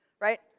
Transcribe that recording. right